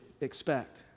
expect